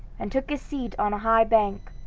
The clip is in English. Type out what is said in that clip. and took his seat on a high bank,